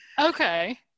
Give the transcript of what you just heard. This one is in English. Okay